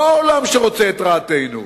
לא העולם שרוצה את רעתנו,